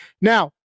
Now